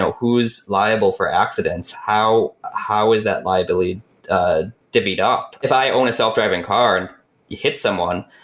so who's liable for accidents? how how is that liability divvied up? if i owned a self-driving car and you hit someone,